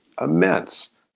immense